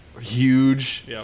huge